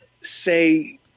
say